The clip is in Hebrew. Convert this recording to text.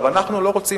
אנחנו לא רוצים,